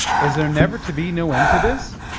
is there never to be no end to this?